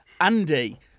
Andy